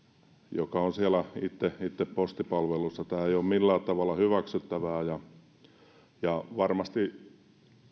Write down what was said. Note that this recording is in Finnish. joka on siellä itse itse postipalveluissa tämä ei ole millään tavalla hyväksyttävää ja ja varmasti